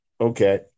Okay